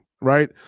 right